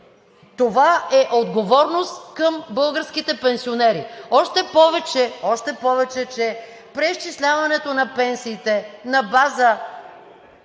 Това е отговорност към българските пенсионери, още повече че преизчисляването на пенсиите на база